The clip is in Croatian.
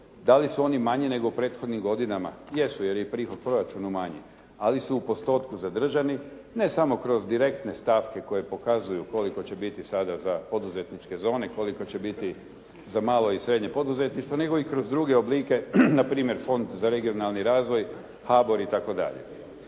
Da li su oni manji nego u prethodnim godinama? Jesu jer je i prihod proračuna manji, ali su u postotku zadržani ne samo kroz direktne stavke koje pokazuju koliko će biti sada za poduzetničke zone, koliko će biti za malo i srednje poduzetništvo nego i kroz druge oblike npr. Fond za regionalni razvoj, HABOR itd.